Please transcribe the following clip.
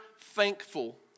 thankful